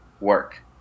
work